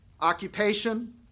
Occupation